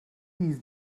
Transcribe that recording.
these